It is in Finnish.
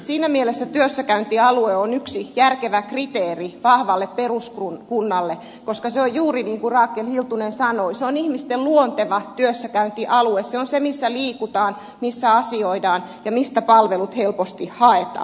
siinä mielessä työssäkäyntialue on yksi järkevä kriteeri vahvalle peruskunnalle koska juuri niin kuin rakel hiltunen sanoi se on ihmisten luonteva työssäkäyntialue se on se missä liikutaan missä asioidaan ja mistä palvelut helposti haetaan